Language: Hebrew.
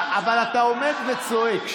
אתה עומד וצועק.